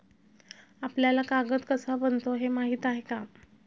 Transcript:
आपल्याला कागद कसा बनतो हे माहीत आहे का?